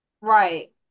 right